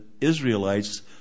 Israelites